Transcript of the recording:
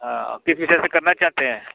हाँ किस विषय से करना चाहते हैं